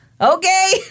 okay